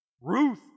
Ruth